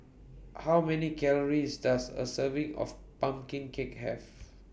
How Many Calories Does A Serving of Pumpkin Cake Have